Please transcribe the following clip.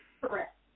Correct